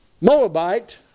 Moabite